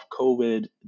COVID